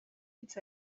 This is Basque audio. hitz